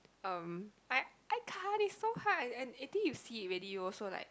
um I I can't it so hard I I think you see it already you also like